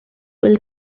will